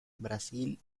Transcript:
brasil